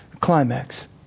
climax